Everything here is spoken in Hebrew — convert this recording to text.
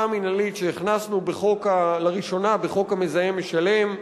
המינהלית שהכנסנו לראשונה בחוק המזהם משלם,